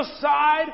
side